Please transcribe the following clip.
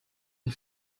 and